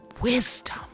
wisdom